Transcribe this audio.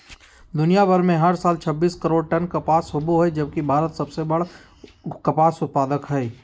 दुनियां भर में हर साल छब्बीस करोड़ टन कपास होव हई जबकि भारत सबसे बड़ कपास उत्पादक हई